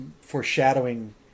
foreshadowing